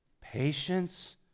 patience